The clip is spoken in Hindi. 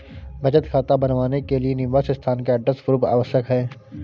बचत खाता बनवाने के लिए निवास स्थान का एड्रेस प्रूफ आवश्यक है